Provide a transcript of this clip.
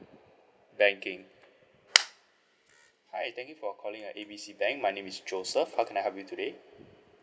banking hi thank you for calling uh A B C bank my name is joseph how can I help you today